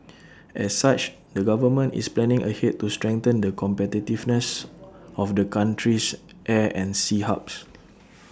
as such the government is planning ahead to strengthen the competitiveness of the country's air and sea hubs